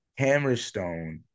Hammerstone